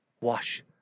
wash